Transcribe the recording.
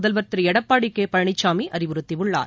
முதல்வர் திரு எடப்பாடி கே பழனிசாமி அறிவுறுத்தியுள்ளார்